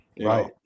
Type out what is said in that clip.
Right